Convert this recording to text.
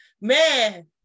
Man